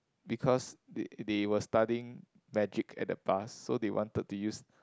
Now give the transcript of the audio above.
because they they were studying magic at the past so they wanted to use